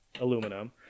aluminum